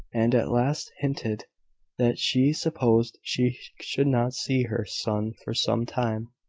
and at last hinted that she supposed she should not see her son for some time,